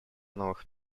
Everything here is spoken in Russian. новых